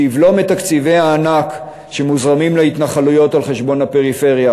שיבלום את תקציבי הענק שמוזרמים להתנחלויות על חשבון הפריפריה